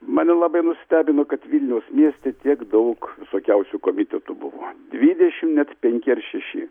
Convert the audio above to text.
mane labai nustebino kad vilniaus mieste tiek daug visokiausių komitetų buvo dvidešim net penki ar šeši